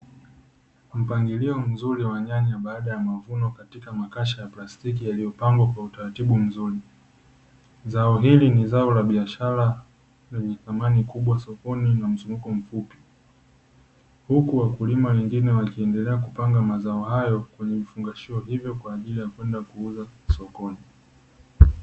Mpangilio mzuri wa nyanya baada ya mavuno katika makasha ya plastiki yaliyopangwa kwa utaratibu mzuri. Zao hili ni zao la biashara lenye thamani kubwa sokoni na mzunguko mkubwa, huku wakulima wengine wakiendelea kupanga mazao hayo kwenye vifungashio hivyo, kwa ajili ya kwenda kuuzwa sokoni.